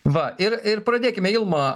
va ir ir pradėkime ilma